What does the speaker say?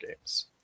Games